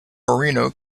marino